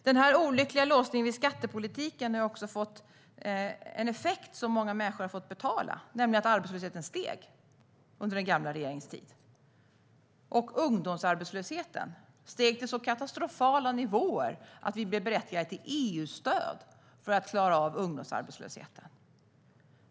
Den här olyckliga låsningen vid skattepolitiken fick också en effekt som många människor har fått betala, nämligen att arbetslösheten steg under den gamla regeringens tid. Ungdomsarbetslösheten steg till sådana katastrofala nivåer att vi blev berättigade till EU-stöd för att klara av den.